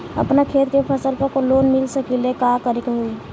अपना खेत के फसल पर लोन मिल सकीएला का करे के होई?